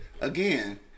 Again